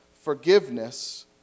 forgiveness